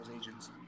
agents